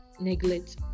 neglect